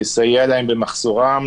לסייע להם במחסורם,